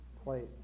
plate